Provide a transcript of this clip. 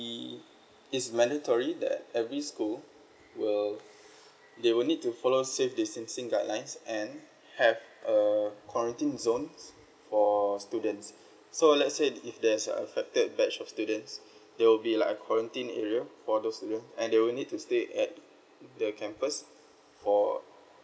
we is mandatory that every school will they will need to follow safe distancing guidelines and have a quarantine zones for students so let's say if there's a third batch of students there will be like a quarantine area for those students and they will need to stay at the campus for